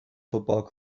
football